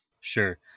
Sure